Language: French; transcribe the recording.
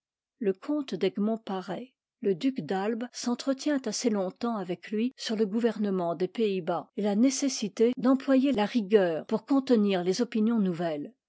le comte d'egmont paraît le duc d'albe s'entretient assez longtemps avec lui sur le gouvernement des pays-bas et la nécessité d'employer la rigueur pour contenir les opinions nouvelles